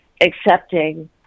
accepting